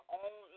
own